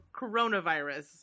coronavirus